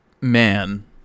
man